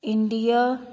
India